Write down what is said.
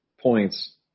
points